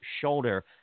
shoulder